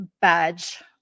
badge